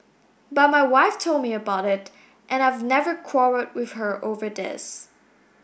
but my wife told me about it and I've never quarrelled with her over this